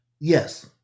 Yes